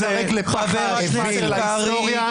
אתה תיזרק לפח האשפה של ההיסטוריה,